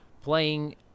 playing